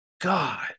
God